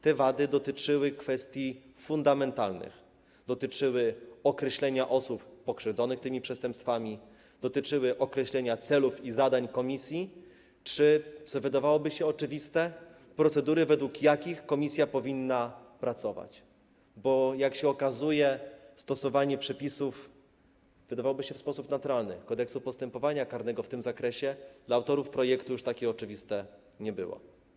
Te wady dotyczyły kwestii fundamentalnych, dotyczyły określenia osób pokrzywdzonych tymi przestępstwami, dotyczyły określenia celów i zadań komisji, czy - co wydawałoby się oczywiste - procedur, według jakich komisja powinna pracować, bo jak się okazuje, stosowanie przepisów, co wydawałoby się naturalne, Kodeksu postępowania karnego w tym zakresie dla autorów projektu już takie oczywiste nie było.